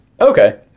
Okay